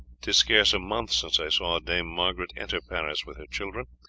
tis scarce a month since i saw dame margaret enter paris with her children,